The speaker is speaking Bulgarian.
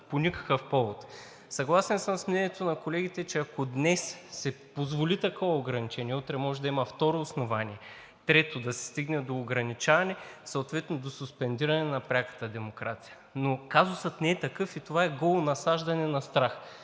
по никакъв повод. Съгласен съм с мнението на колегите, че ако днес се позволи такова ограничение, утре може да има второ основание, трето, да се стигне до ограничаване, съответно до суспендиране на пряката демокрация. Но казусът не е такъв и това е голо насаждане на страх,